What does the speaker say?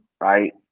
Right